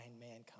mankind